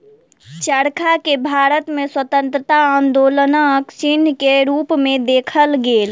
चरखा के भारत में स्वतंत्रता आन्दोलनक चिन्ह के रूप में देखल गेल